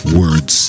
words